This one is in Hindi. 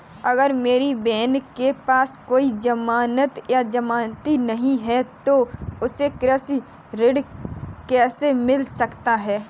अगर मेरी बहन के पास कोई जमानत या जमानती नहीं है तो उसे कृषि ऋण कैसे मिल सकता है?